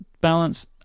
balance